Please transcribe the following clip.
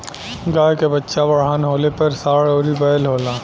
गाय के बच्चा बड़हन होले पर सांड अउरी बैल होला